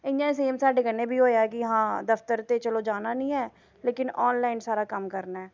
इ'यां सेम साड्ढे कन्नै बी होएआ कि हां दफ्तर ते चलो जाना निं ऐ लेकिन आनलाइन सारा कम्म करना ऐ